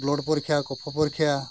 ᱯᱚᱨᱤᱠᱠᱷᱟ ᱠᱚᱯᱷᱚ ᱯᱚᱨᱤᱠᱠᱷᱟ